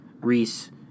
Reese